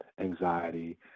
anxiety